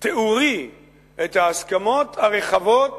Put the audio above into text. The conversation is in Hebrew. תיאורי את ההסכמות הרחבות